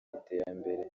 iterambere